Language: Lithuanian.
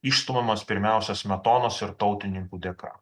išstumiamas pirmiausia smetonos ir tautininkų dėka